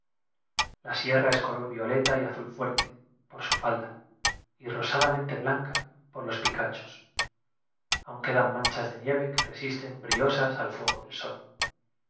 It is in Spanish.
la sierra es color violeta y azul fuerte por su falda y rosadamente blanca por los picachos aún quedan manchas de nieve que resisten briosas al fuego del sol